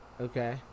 Okay